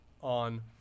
on